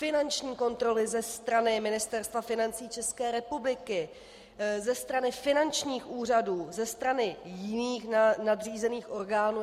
Finanční kontroly ze strany Ministerstva financí České republiky, ze strany finančních úřadů, ze strany jiných nadřízených orgánů.